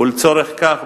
ולצורך כך,